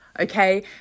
Okay